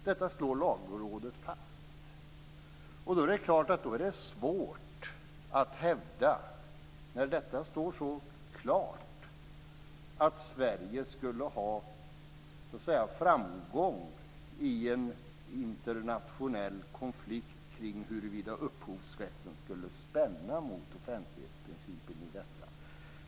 Detta slår Lagrådet fast. När detta står så klart är det svårt att hävda att Sverige skulle ha framgång i en internationell konflikt kring huruvida upphovsrätten vid detta nära nog unika tillfälle skulle spänna mot offentlighetsprincipen.